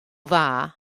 dda